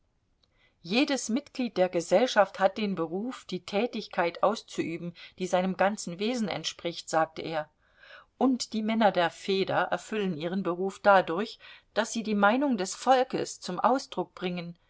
jedes mitglied der gesellschaft hat den beruf die tätigkeit auszuüben die seinem ganzen wesen entspricht sagte er und die männer der feder erfüllen ihren beruf dadurch daß sie die meinung des volkes zum ausdruck bringen